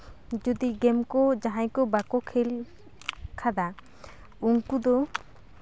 ᱡᱩᱫᱤ ᱜᱮᱢᱠᱚ ᱡᱟᱦᱟᱸᱭ ᱠᱚ ᱵᱟᱠᱚ ᱠᱷᱮᱞ ᱟᱠᱟᱫᱟ ᱩᱱᱠᱩ ᱫᱚ